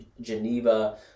geneva